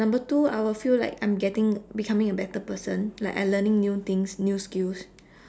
number two I will feel like I'm getting becoming a better person like I'm learning new things new skills